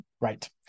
Right